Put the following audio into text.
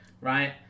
right